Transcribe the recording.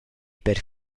per